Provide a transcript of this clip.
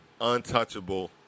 untouchable